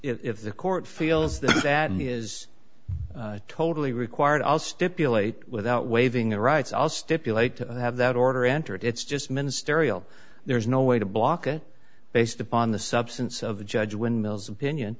if the court feels that he is totally required i'll stipulate without waiving the rights i'll stipulate to have that order entered it's just ministerial there is no way to block it based upon the substance of the judge windmills opinion